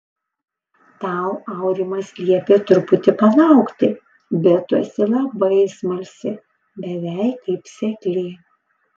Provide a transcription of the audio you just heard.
tau aurimas liepė truputį palaukti bet tu esi labai smalsi beveik kaip seklė